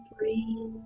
three